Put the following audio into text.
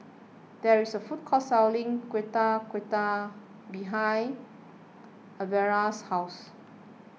there is a food court selling Getuk Getuk behind Alverda's house